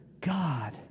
God